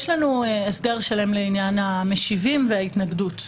יש לנו הסדר שלם לעניין המשיבים וההתנגדות.